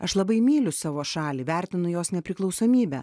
aš labai myliu savo šalį vertinu jos nepriklausomybę